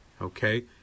Okay